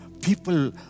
people